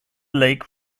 lake